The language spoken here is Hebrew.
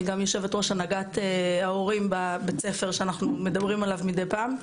אני גם יושבת-ראש הנהגת ההורים בבית הספר שאנחנו מדברים עליו מידי פעם.